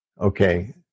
Okay